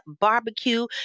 barbecue